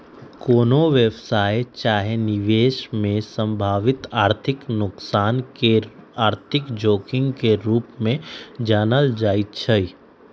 कोनो व्यवसाय चाहे निवेश में संभावित आर्थिक नोकसान के आर्थिक जोखिम के रूप में जानल जाइ छइ